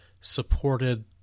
supported